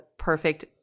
Perfect